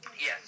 Yes